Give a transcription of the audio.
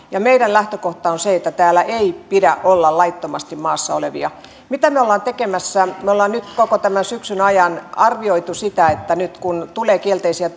ja meidän lähtökohtamme on se että täällä ei pidä olla laittomasti maassa olevia mitä me olemme tekemässä me olemme nyt koko tämän syksyn ajan arvioineet sitä että nyt kun tulee kielteisiä